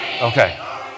Okay